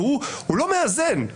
והוא לא מאזן.